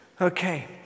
Okay